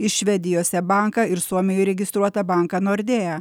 į švedijose banką ir suomijoje registruotą banką nordea